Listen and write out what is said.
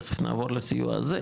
תיכף נעבור לסיוע הזה,